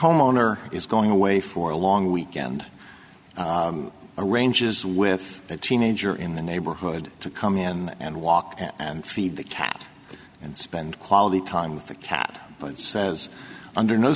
homeowner is going away for a long weekend arranges with a teenager in the neighborhood to come in and walk and feed the cat and spend quality time with the cat but says under no